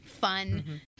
Fun